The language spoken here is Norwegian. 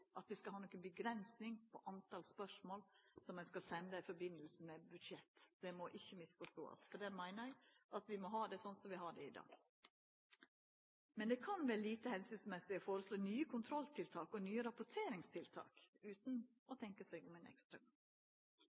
at vi skal ha noka avgrensing på talet på spørsmål ein kan senda i samband med budsjett. Det må ikkje misforståast, for eg meiner vi må ha det slik vi har det i dag, men det kan vera lite hensiktsmessig å foreslå nye kontrolltiltak og nye rapporteringstiltak utan å tenkja seg om ein ekstra